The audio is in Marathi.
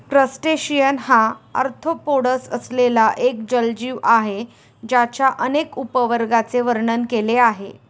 क्रस्टेशियन हा आर्थ्रोपोडस असलेला एक जलजीव आहे ज्याच्या अनेक उपवर्गांचे वर्णन केले आहे